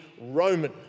Roman